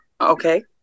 Okay